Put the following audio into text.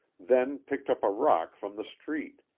then picked up a rock from the street.